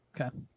Okay